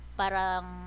parang